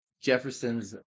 jefferson's